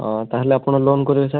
ତାହେଲେ ଆପଣ ଲୋନ କରିବେ ସାର୍